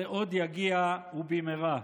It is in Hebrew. זה עוד יגיע, ובמהרה.